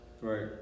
Right